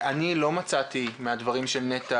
אני לא מצאתי מהדברים של נת"ע,